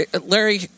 Larry